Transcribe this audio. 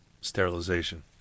sterilization